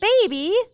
Baby